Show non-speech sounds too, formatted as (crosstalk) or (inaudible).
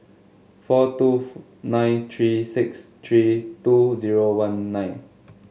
four two (unintelligible) nine three six three two zero one nine